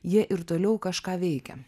jie ir toliau kažką veikia